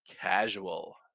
casual